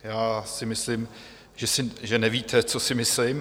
Já si myslím, že nevíte, co si myslím.